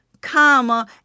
comma